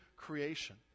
creation